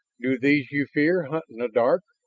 do these you fear hunt in the dark?